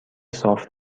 صاف